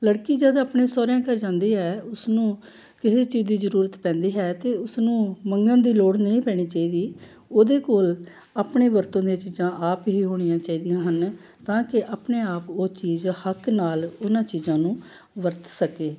ਲੜਕੀ ਜਦੋਂ ਆਪਣੇ ਸਹੁਰਿਆਂ ਘਰ ਜਾਂਦੀ ਹੈ ਉਸਨੂੰ ਕਿਸੇ ਚੀਜ਼ ਦੀ ਜ਼ਰੂਰਤ ਪੈਂਦੀ ਹੈ ਤਾਂ ਉਸ ਨੂੰ ਮੰਗਣ ਦੀ ਲੋੜ ਨਹੀਂ ਪੈਣੀ ਚਾਹੀਦੀ ਉਹਦੇ ਕੋਲ ਆਪਣੇ ਵਰਤੋਂ ਦੀਆਂ ਚੀਜ਼ਾਂ ਆਪ ਹੀ ਹੋਣੀਆਂ ਚਾਹੀਦੀਆਂ ਹਨ ਤਾਂ ਕਿ ਆਪਣੇ ਆਪ ਉਹ ਚੀਜ਼ ਹੱਕ ਨਾਲ ਉਹਨਾਂ ਚੀਜ਼ਾਂ ਨੂੰ ਵਰਤ ਸਕੇ